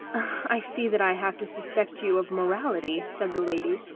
i see that i have to suspect you of morality, said the lady.